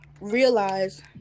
realize